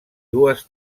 dues